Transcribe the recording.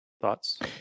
thoughts